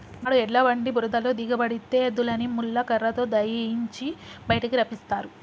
నాడు ఎడ్ల బండి బురదలో దిగబడితే ఎద్దులని ముళ్ళ కర్రతో దయియించి బయటికి రప్పిస్తారు